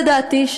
לדעתי,